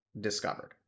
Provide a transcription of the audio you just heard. discovered